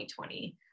2020